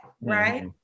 right